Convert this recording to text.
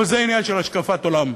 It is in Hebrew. אבל זה עניין של השקפת עולם,